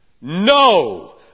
No